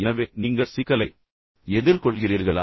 எனவே நீங்கள் சிக்கலை எதிர்கொள்கிறீர்களா